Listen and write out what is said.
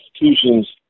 institutions